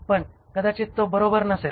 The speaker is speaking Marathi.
पण कदाचित तो बरोबर नसेल